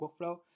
workflow